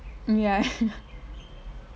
ya